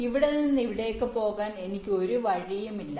ഇവിടെ നിന്ന് ഇവിടേക്ക് പോകാൻ എനിക്ക് ഒരു വഴിയുമില്ല